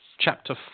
Chapter